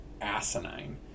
asinine